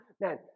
man